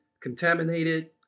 contaminated